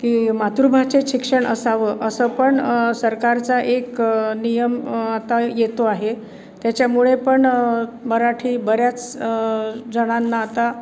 की मातृभाषेत शिक्षण असावं असं पण सरकारचा एक नियम आता येतो आहे त्याच्यामुळे पण मराठी बऱ्याच जणांना आता